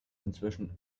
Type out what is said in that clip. inzwischen